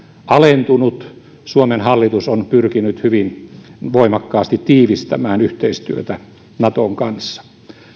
alentunut suomen hallitus on pyrkinyt hyvin voimakkaasti tiivistämään yhteistyötä naton kanssa